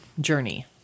journey